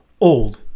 old